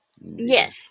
yes